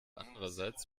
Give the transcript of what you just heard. andererseits